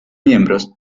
miembros